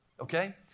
Okay